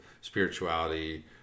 spirituality